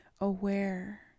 aware